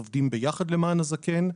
עובדים ביחד למען הזקן,